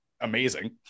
amazing